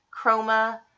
chroma